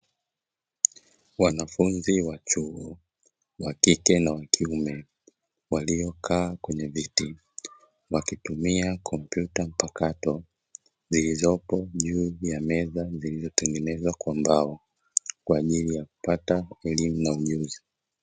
Wanafunzi wa chuo (wa kike na wa kiume) waliokaa kwenye viti wakitumia kompyuta mpakato zilizopo juu ya meza zilizotengenezwa kwa mbao, kwa ajili ya kupata elimu na ujuzi.